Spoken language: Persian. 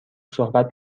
صحبت